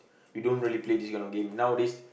we don't really play this kind of game nowadays